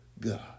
God